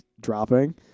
Dropping